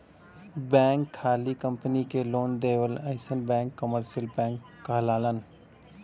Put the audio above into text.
bank खाली company के loan देवलन अइसन बैंक कमर्सियल बैंक कहलालन